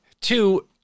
Two